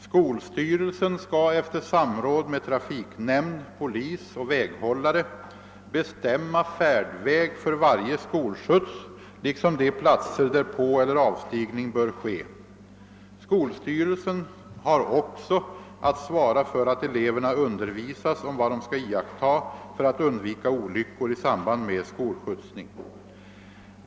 Skolstyrelsen skall efter samråd med trafiknämnd, polis och väghållare bestämma färdväg för varje skolskjuts liksom de platser där påeller avstigning bör ske. Skolstyrelsen har också att svara för att eleverna undervisas om vad de skall iaktta för att undvika olyckor i samband med skolskjutsning.